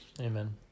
Amen